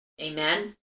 Amen